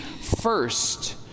first